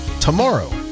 tomorrow